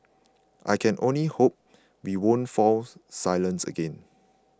I can only hope we won't fall silent again